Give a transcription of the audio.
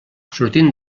sortint